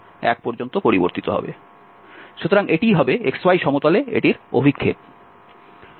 সুতরাং এটিই হবে xy সমতলে এটির অভিক্ষেপ